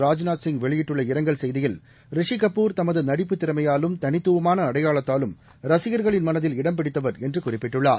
ராஜ்நாத் சிங் வெளியிட்டுள்ள இரங்கல் செய்தியில் ரிஷிகபூர் தமதுநடிப்புத் திறமையாலும் தனித்துவமானஅடையாளத்தாலும் ரசிகர்களின் மனதில் இடம்பிடித்தவர் என்றுகுறிப்பிட்டுள்ளார்